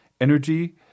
Energy